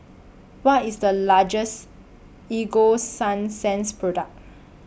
What IS The latest Ego Sunsense Product